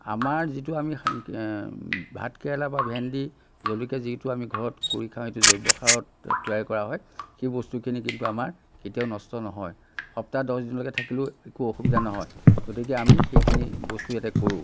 আমাৰ যিটো আমি ভাতকেৰেলা বা ভেণ্ডি জলকীয়া যিটো আমি ঘৰত কৰি খাওঁ সেইটো জৈৱ সাৰত তৈয়াৰ কৰা হয় সেই বস্তুখিনি কিন্তু আমাৰ কেতিয়াও নষ্ট নহয় সপ্তাহ দহদিনলৈ থাকিলেও একো অসুবিধা নহয় গতিকে আমি সেইখিনি বস্তু ইয়াতে কৰোঁ